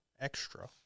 extra